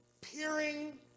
peering